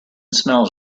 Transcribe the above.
smells